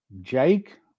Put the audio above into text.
Jake